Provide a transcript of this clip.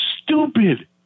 stupid